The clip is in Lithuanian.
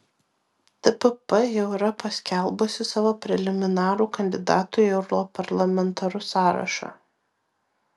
tpp jau yra paskelbusi savo preliminarų kandidatų į europarlamentarus sąrašą